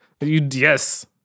Yes